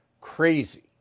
crazy